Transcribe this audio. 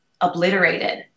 obliterated